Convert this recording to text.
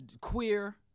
queer